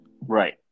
Right